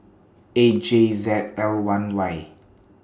eight J Z L one Y